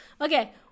Okay